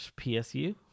PSU